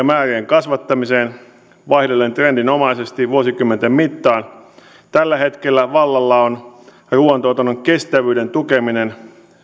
määrien kasvattamiseen vaihdellen trendinomaisesti vuosikymmenten mittaan tällä hetkellä vallalla on ruuantuotannon kestävyyden tukeminen